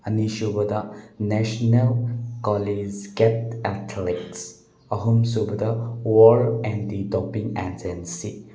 ꯑꯅꯤꯁꯨꯕꯗ national college get athletes ꯑꯍꯨꯝꯁꯨꯕꯗ ꯋꯥꯔꯜ ꯑꯦꯟꯇꯤ ꯇꯣꯞꯄꯤꯡ ꯑꯦꯖꯦꯟꯁꯤ